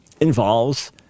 involves